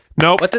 Nope